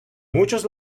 muchos